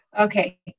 Okay